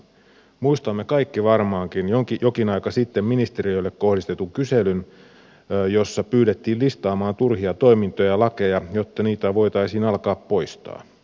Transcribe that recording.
muistamme kaikki varmaankin jokin aika sitten ministeriöille kohdistetun kyselyn jossa pyydettiin listaamaan turhia toimintoja ja lakeja jotta niitä voitaisiin alkaa poistaa